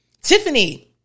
Tiffany